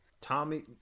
Tommy